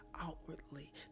outwardly